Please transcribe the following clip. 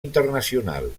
internacional